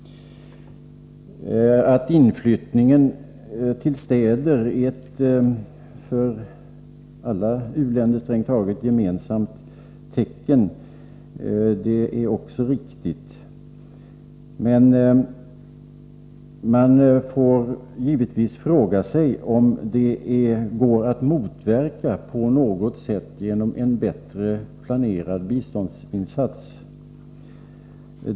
Att inflyttningen till städer är en i strängt taget alla u-länder gemensam företeelse är också riktigt. Men man får givetvis fråga sig om detta på något sätt går att motverka genom en bättre planerad biståndsinsats.